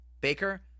Baker